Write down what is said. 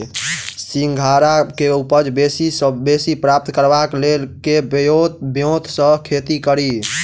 सिंघाड़ा केँ उपज बेसी सऽ बेसी प्राप्त करबाक लेल केँ ब्योंत सऽ खेती कड़ी?